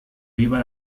viva